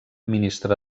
ministre